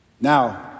Now